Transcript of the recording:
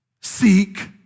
seek